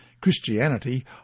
Christianity